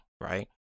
right